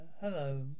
Hello